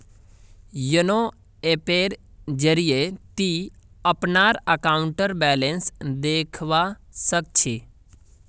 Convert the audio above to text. YONO ऐपेर जरिए ती अपनार अकाउंटेर बैलेंस देखवा सख छि